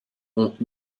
ont